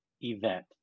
event